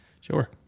Sure